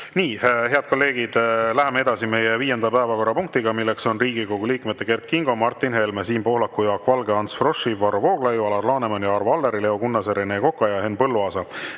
head kolleegid, läheme edasi meie viienda päevakorrapunktiga, mis on Riigikogu liikmete Kert Kingo, Martin Helme, Siim Pohlaku, Jaak Valge, Ants Froschi, Varro Vooglaiu, Alar Lanemani, Arvo Alleri, Leo Kunnase, Rene Koka ja Henn Põlluaasa